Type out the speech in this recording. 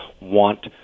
want